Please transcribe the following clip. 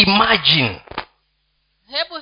Imagine